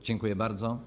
Dziękuję bardzo.